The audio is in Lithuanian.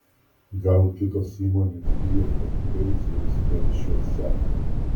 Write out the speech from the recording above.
gal kitos įmonės bijo konkurencijos telšiuose